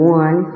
one